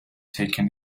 taken